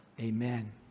Amen